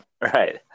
Right